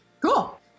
Cool